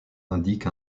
indique